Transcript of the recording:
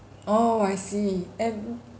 oh I see and